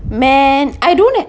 man I don't have